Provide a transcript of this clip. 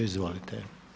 Izvolite.